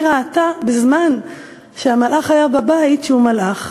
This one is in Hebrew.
ראתה בזמן שהמלאך היה בבית שהוא מלאך.